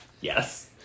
Yes